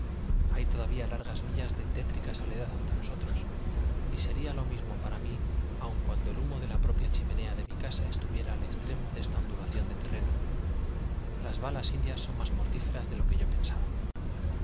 hay todavía largas millas de tétrica soledad ante nosotros y sería lo mismo para mí aun cuando el humo de la propia chimenea de mi casa estuviera al extremo de esta ondulación del terreno las balas indias son más mortíferas de lo que yo pensaba